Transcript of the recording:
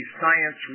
Science